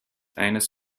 eines